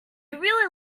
really